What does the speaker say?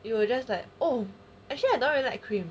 you will just like oh actually I don't really like cream